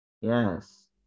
Yes